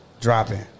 Dropping